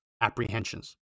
apprehensions